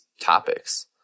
topics